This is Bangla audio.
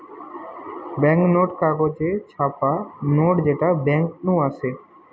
বেঙ্ক নোট কাগজে ছাপা নোট যেটা বেঙ্ক নু আসে